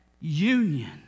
union